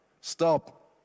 Stop